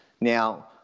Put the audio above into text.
now